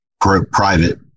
private